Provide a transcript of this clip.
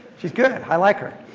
she's good. i like her.